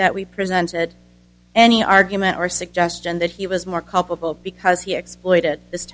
that we presented any argument or suggestion that he was more culpable because he exploited his